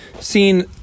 seen